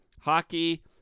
hockey